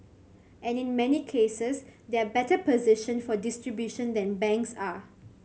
and in many cases they are better positioned for distribution than banks are